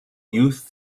youth